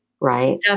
right